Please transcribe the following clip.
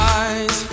eyes